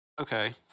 Okay